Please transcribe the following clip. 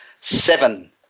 Seven